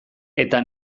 eta